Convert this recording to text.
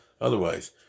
otherwise